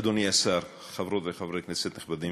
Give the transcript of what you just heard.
אדוני השר, חברות וחברי כנסת נכבדים,